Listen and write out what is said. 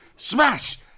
Smash